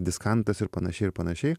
diskantas ir panašiai ir panašiai